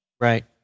Right